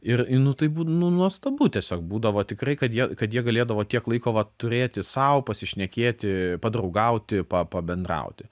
ir ir nu tai būd nu nuostabu tiesiog būdavo tikrai kad jie kad jie galėdavo tiek laiko va turėti sau pasišnekėti padraugauti pa pabendrauti